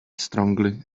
strongly